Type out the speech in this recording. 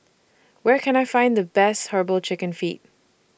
Where Can I Find The Best Herbal Chicken Feet